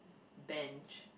bench